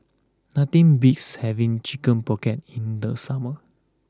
nothing beats having Chicken Pocket in the summer